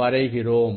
வரைகிறோம்